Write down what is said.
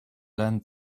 learned